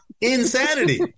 insanity